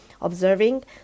observing